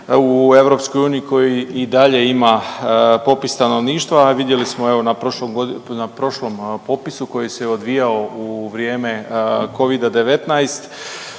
u EU koji i dalje ima popis stanovništva. Vidjeli smo evo, na prošlom popisu koji se odvijao u vrijeme Covida-19